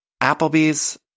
Applebee's